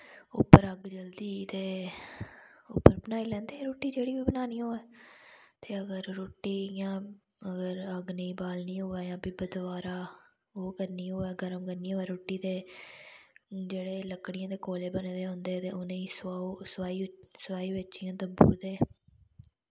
upper अग्ग जलदी ते उप्पर बनाई लैंदे रुट्टी जेह्की बनानी होऐ ते अगर रुट्टी इ'यां अगर अग्ग नेईं बालनी होऐ जां फ्ही दवारा ओह् करनी होऐ गर्म करनी होऐ रुट्टी ते जेह्ड़े लकड़िये दे कोले बने दे होंदे ते उ'नें गी सोआई सोआई बिच्च इ'यां दब्बी ओड़दे